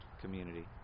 community